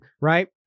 right